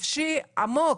נפשי עמוק.